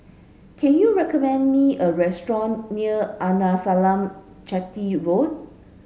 can you recommend me a restaurant near Arnasalam Chetty Road